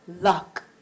luck